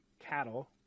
cattle